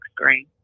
screen